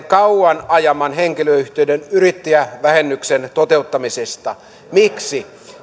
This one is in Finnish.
kauan ajaman henkilöyhtiöiden yrittäjävähennyksen toteuttamisesta miksi